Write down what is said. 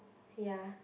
ya